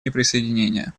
неприсоединения